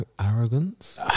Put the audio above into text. arrogance